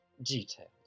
details